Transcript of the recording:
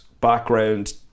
background